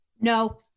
No